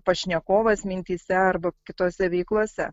pašnekovas mintyse arba kitose veiklose